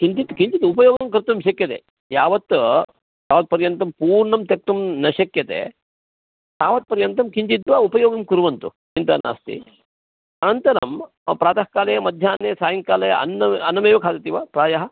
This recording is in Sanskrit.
किञ्चित् किञ्चित् उपयोगं कर्तुं शक्यते यावत् यावत्पर्यन्तं पूर्णं त्यक्तुं न शक्यते तावत्पर्यन्तं किञ्चित् वा उपयोगं कुर्वन्तु चिन्ता नास्ति अनन्तरं प्रातःकाले मध्याह्ने सायङ्काले अन्न् अन्नमेव खादति वा प्रायः